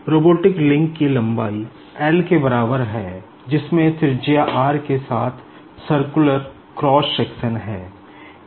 robotic link की लम्बाई l के बराबर है और इसमें त्रिज्या r के साथ सर्कुलर क्रॉस सेक्शन है